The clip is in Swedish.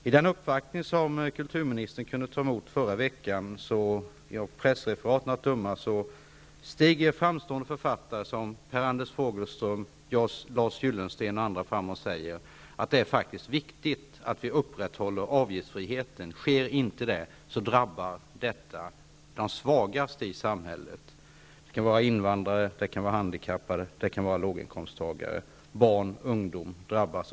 Vid den uppvaktning som kulturministern kunde ta emot i förra veckan steg, av pressreferat att döma, framstående författare som Per Anders Fogelström och Lars Gyllensten fram och sade att det faktiskt är viktigt att vi upprätthåller avgiftsfriheten. Sker inte detta, drabbas de svagaste i samhället. Det kan vara invandrare, handikappade, låginkomsttagare, barn och ungdomar.